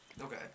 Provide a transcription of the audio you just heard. okay